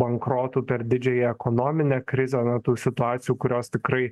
bankrotų per didžiąją ekonominę krizę na tų situacijų kurios tikrai